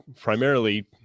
primarily